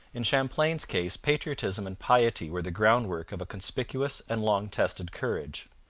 in champlain's case patriotism and piety were the groundwork of a conspicuous and long-tested courage.